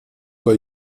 bei